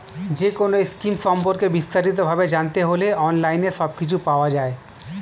যেকোনো স্কিম সম্পর্কে বিস্তারিত ভাবে জানতে হলে অনলাইনে সবকিছু পাওয়া যায়